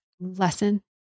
lesson